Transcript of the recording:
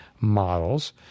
models